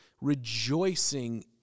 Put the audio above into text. rejoicing